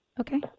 Okay